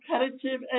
Competitive